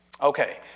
Okay